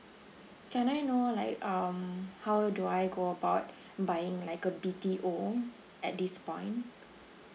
can I know like um how do I go about buying like a B_T_O at this point